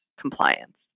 compliance